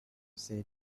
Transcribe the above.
said